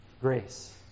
Grace